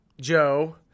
Joe